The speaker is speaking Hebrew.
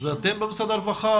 זה אתם, במשרד הרווחה?